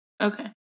Okay